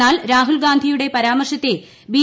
എന്നാൽ രാഹുൽഗാന്ധിയുടെ പരാമർശത്തെ ബി